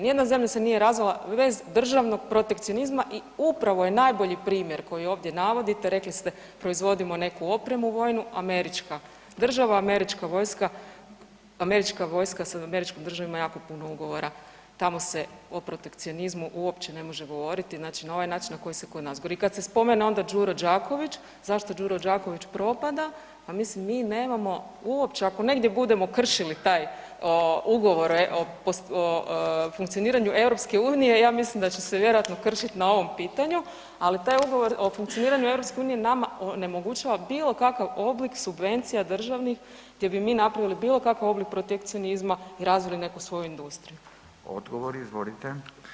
Nijedna zemlja se nije razvila bez državnog protekcionizma i upravo je najbolji primjer koji ovdje navodite, rekli ste, proizvodimo neku opremu vojnu, američka država, američka vojska, američka vojska sa američkom državom ima jako puno ugovora, tamo se o protekcionizmu uopće ne može govoriti znači na ovaj način na koji se kod nas govori i kad se spomene onda Đuro Đaković, zašto Đuro Đaković propada, pa mislim mi nemamo uopće, ako negdje budemo kršili taj ugovor o funkcioniranju EU, ja mislim da će se vjerojatno kršiti na ovom pitanju, ali taj ugovor o funkcioniranju EU nama onemogućava bilo kakav oblik subvencija državnih gdje bi mi napravili bilo kakav oblik protekcionizma i razvili neku svoju industriju.